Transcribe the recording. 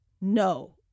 no